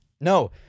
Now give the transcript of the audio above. No